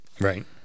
right